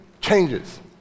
changes